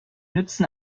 nützen